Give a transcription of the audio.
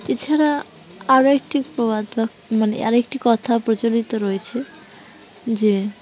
এছাড়া আরও একটি প্রবাদ বা মানে আরেকটি কথা প্রচলিত রয়েছে যে